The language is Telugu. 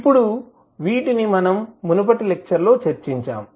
ఇప్పుడు వీటిని మనం మునుపటి లెక్చర్ లో చర్చించాము